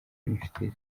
n’inshuti